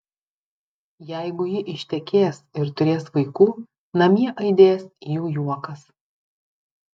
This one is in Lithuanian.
jeigu ji ištekės ir turės vaikų namie aidės jų juokas